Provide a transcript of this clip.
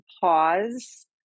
pause